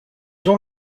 ont